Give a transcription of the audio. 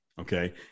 Okay